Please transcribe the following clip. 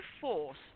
force